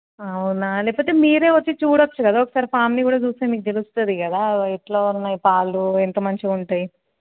అవునా లేకపోతే మీరే వచ్చి చూడొచ్చు కదా ఒకసారి ఫార్మ్ని కూడా చూస్తే మీకు తెలుస్తుంది కదా ఎట్లా ఉన్నాయి పాలు ఎంత మంచిగా ఉంటయి